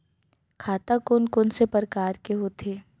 खाता कोन कोन से परकार के होथे?